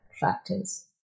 factors